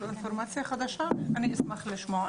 אינפורמציה חדשה אני אשמח לשמוע,